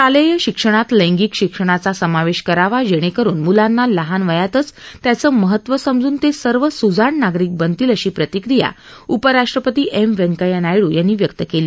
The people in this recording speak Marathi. शालेय शिक्षणात लैंगिक शिक्षणाचा समावेश करावा जेणेकरून मुलांना लहान वयातच त्याचं महत्त्व समजून ते सर्व सुजाण नागरिक बनतील अशी प्रतिक्रिया उपराष्ट्रपती एम व्यंकय्या नायडू यांनी व्यक्त केली